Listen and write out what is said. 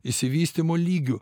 išsivystymo lygiu